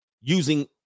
using